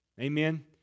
Amen